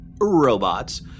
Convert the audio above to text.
Robots